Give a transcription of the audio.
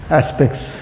aspects